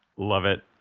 love it.